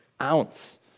ounce